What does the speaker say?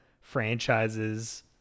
franchises